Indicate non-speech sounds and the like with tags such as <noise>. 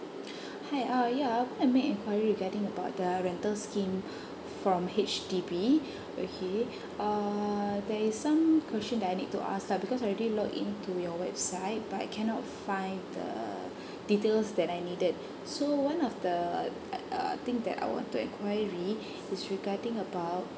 <breath> hi uh ya uh I want to make enquiry regarding about the rental scheme from H_D_B okay err there is question that I need to ask lah because I already login to your website but I cannot find the details that I needed so one of the uh uh thing that I want to enquiry is regarding about